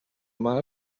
mar